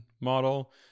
model